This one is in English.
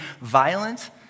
violent